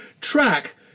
Track